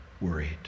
worried